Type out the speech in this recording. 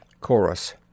Chorus